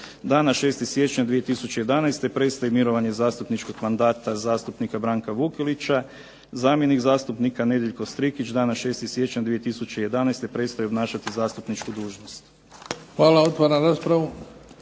Dana 6. siječnja 2011. prestaje mirovanje zastupničkog mandata zastupnika Branka Vukelića, zamjenik zastupnika Nedjeljko Strikić dana 6. siječnja 2011. prestaje obnašati zastupničku dužnost. **Bebić, Luka